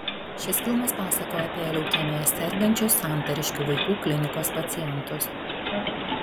šis filmas pasakoja apie leukemija sergančius santariškių vaikų klinikos pacientus